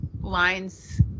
lines